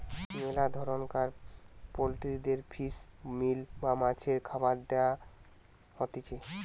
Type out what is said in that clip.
মেলা ধরণকার পোল্ট্রিদের ফিশ মিল বা মাছের খাবার দেয়া হতিছে